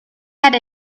had